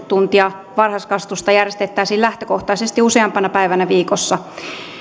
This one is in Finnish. tuntia varhaiskasvatusta järjestettäisiin lähtökohtaisesti useampana päivänä viikossa